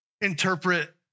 interpret